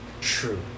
true